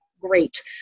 great